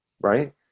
Right